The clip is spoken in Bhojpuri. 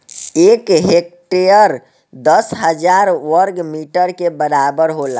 एक हेक्टेयर दस हजार वर्ग मीटर के बराबर होला